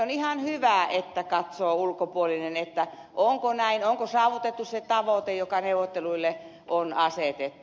on ihan hyvä että ulkopuolinen katsoo onko näin onko saavutettu se tavoite joka neuvotteluille on asetettu